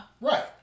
right